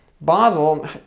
Basel